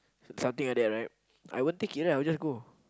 something like that right I won't take it right I will just go